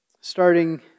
Starting